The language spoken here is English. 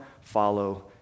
follow